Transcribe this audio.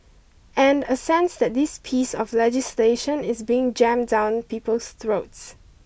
and a sense that this piece of legislation is being jammed down people's throats